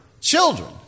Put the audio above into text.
children